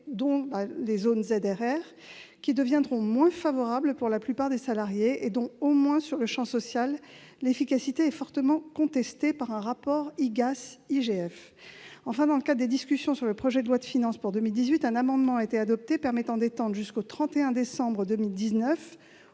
dont les ZRR, qui deviendront moins favorables pour la plupart des salariés et dont, au moins sur le champ social, l'efficacité est fortement contestée par un rapport IGAS-IGF. Enfin, dans le cadre des discussions sur le projet de loi de finances pour 2018, un amendement a été adopté, permettant d'étendre jusqu'au 31 décembre 2019,